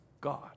God